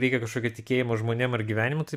reikia kažkokio tikėjimo žmonėm ar gyvenimu tai